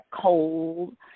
cold